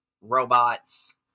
robots